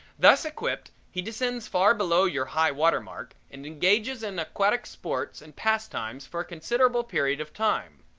thus equipped, he descends far below your high water mark and engages in aquatic sports and pastimes for a considerable period of time.